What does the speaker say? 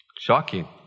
Shocking